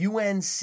UNC